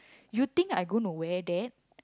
you think I gonna wear that